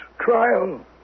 trial